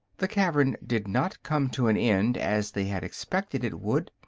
the cavern did not come to an end, as they had expected it would,